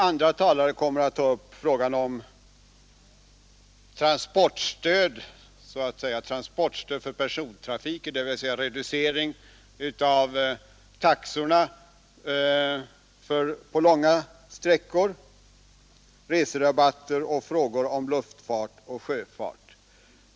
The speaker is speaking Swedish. Andra talare kommer att ta upp frågan om transportstöd för persontrafiken, dvs. reducering av taxorna på långa sträckor, reserabatter och frågor om luftfart och sjöfart.